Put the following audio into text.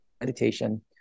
meditation